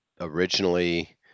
Originally